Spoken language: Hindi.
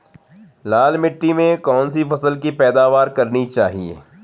लाल मिट्टी में कौन सी फसल की पैदावार करनी चाहिए?